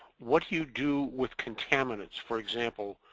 what do you do with contaminants? for example,